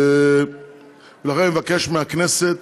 לכן, אני מבקש מהכנסת